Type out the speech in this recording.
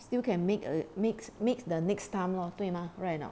still can make a mix mix the next time lor 对吗 right or not